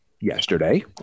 yesterday